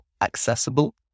accessible